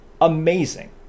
amazing